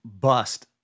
bust